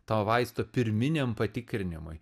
to vaisto pirminiam patikrinimui